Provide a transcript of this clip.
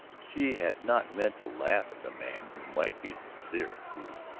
she had not meant to laugh at the man who might be sincere, who,